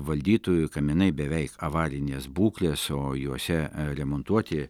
valdytojų kaminai beveik avarinės būklės o juose remontuoti